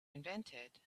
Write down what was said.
invented